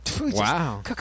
Wow